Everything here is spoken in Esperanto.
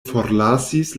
forlasis